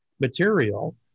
material